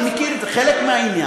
אני מכיר את זה, זה חלק מהעניין.